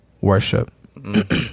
worship